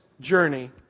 journey